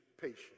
patience